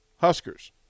Huskers